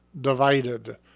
divided